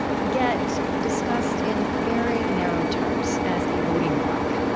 get discussed in very narrow terms as a voting block.